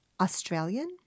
australian